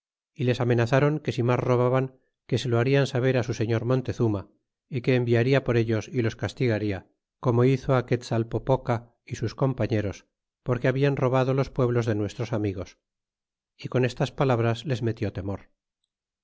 y les amenazaron que si mas robaban que se lo harian saber á su señor montezuma y que enviaria por ellos y los castigaria como hizo quetzalpopoca y sus compañeros porque habian robado los pueblos de nuestros amigos y con estas palabras es metió temor